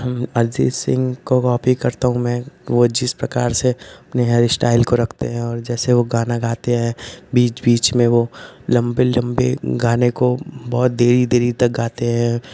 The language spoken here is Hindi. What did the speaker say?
अरजीत सिंग को कॉपी करता हूँ मैं वो जिस प्रकार से अपने हेयर स्टाइल को रखते हैं जैसे वो गाना गाते हैं बीच बीच में वो लंबी लंबी गाने को बहुत देरी देरी तक गाते हैं